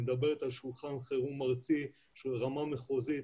היא מדברת על שולחן חירום ארצי שהוא רמה מחוזית,